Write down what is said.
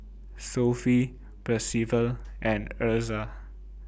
Sophie Percival and Ezra